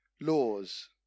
Laws